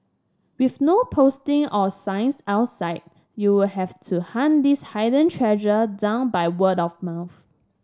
with no posting or signs outside you will have to hunt this hidden treasure down by word of mouth